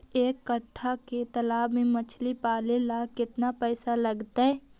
एक कट्ठा के तालाब में मछली पाले ल केतना पैसा लगतै?